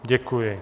Děkuji.